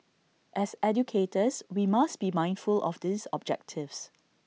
as educators we must be mindful of these objectives